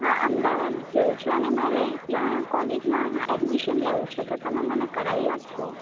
હા અમદાવાદ થયું છે અને મારે ત્યાં કોલેજમાં એડમિશન લેવું છે તો તમે મને કરાવી આપશો